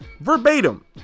verbatim